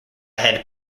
had